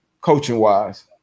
coaching-wise